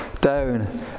down